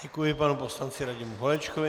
Děkuji panu poslanci Radimu Holečkovi.